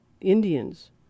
Indians